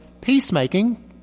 peacemaking